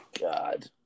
God